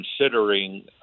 considering